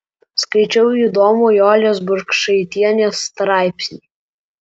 skaičiau įdomų jolės burkšaitienės straipsnį